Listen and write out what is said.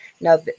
Now